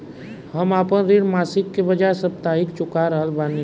हम आपन ऋण मासिक के बजाय साप्ताहिक चुका रहल बानी